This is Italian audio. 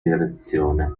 direzione